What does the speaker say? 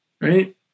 Right